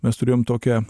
mes turėjom tokią